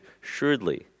shrewdly